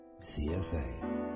CSA